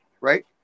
right